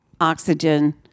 oxygen